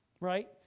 right